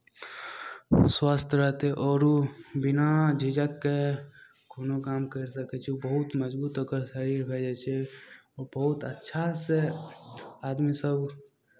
स्वस्थ रहतै आओर ओ बिना झिझकके कोनो काम करि सकै छै ओ बहुत मजबूत ओकर शरीर भए जाइ छै ओ बहुत अच्छासँ आदमीसभ